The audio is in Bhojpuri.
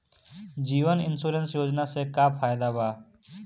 जीवन इन्शुरन्स योजना से का फायदा बा?